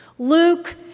Luke